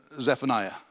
Zephaniah